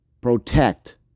protect